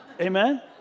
Amen